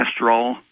cholesterol